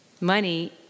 Money